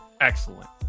excellent